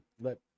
let